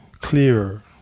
clearer